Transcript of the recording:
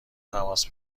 تماس